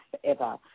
forever